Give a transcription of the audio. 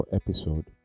episode